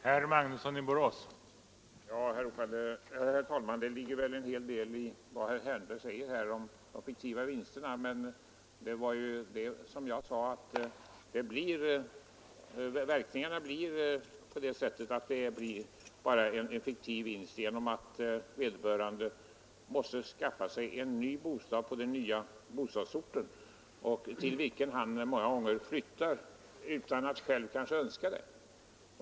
Herr talman! Det ligger väl en hel del i vad herr Wärnberg säger om de fiktiva vinsterna. Men jag framhöll ju att verkningarna blir sådana att det uppstår bara en fiktiv vinst genom att vederbörande måste skaffa sig en liknande bostad på den nya bostadsorten, till vilken han många gånger flyttar utan att själv önska det.